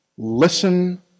Listen